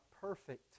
perfect